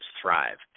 thrive